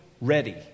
ready